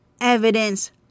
evidence